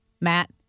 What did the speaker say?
Matt